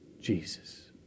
Jesus